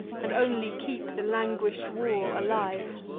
and only keep the languish'd war alive.